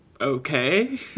okay